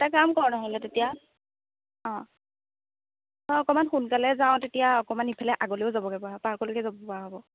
এটা কাম কৰ নহ'লে তেতিয়া অঁ অঁ অকণমান সোনকালে যাওঁ তেতিয়া অকণমান ইফালে আগলৈও যাবগৈ পৰা হ'ব পাৰ্কলৈকে যাব পৰা হ'ব